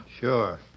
Sure